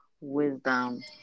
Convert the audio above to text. wisdom